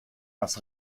das